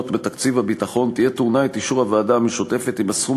בתקציב הביטחון תהיה טעונה את אישור הוועדה המשותפת אם הסכום